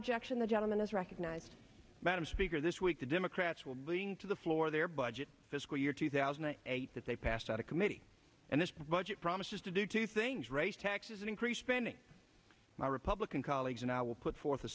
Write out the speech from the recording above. objection the gentleman is recognized madam speaker this week the democrats will bring to the floor their budget fiscal year two thousand and eight that they passed out of committee and this budget promises to do two things raise taxes and increase spending my republican colleagues and i will put forth a